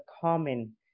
common